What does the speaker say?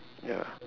ya